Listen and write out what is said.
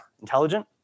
intelligent